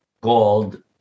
called